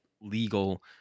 legal